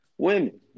Women